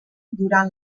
durant